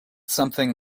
something